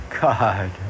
God